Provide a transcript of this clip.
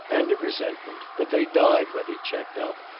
and of resentment, but they died when he checked up,